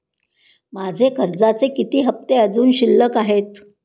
माझे कर्जाचे किती हफ्ते अजुन शिल्लक आहेत?